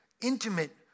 intimate